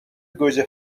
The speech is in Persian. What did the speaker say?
گوجه